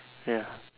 ya